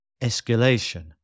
Escalation